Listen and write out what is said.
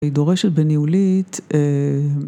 ו‫היא דורשת בניהולית, אה...